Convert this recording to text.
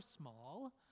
small